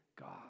God